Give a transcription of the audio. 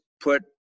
put –